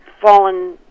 fallen